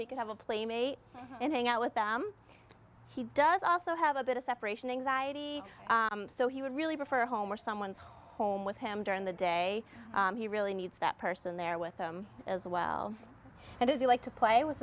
can have a playmate and hang out with them he does also have a bit of separation anxiety so he would really prefer home or someone's home with him during the day he really needs that person there with him as well and if you like to play with